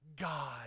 God